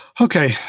okay